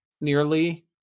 nearly